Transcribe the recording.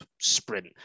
sprint